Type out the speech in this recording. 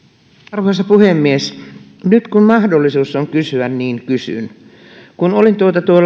arvoisa puhemies nyt kun mahdollisuus on kysyä niin kysyn olin